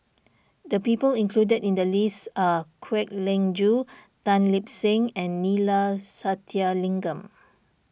the people included in the list are Kwek Leng Joo Tan Lip Seng and Neila Sathyalingam